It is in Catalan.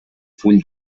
full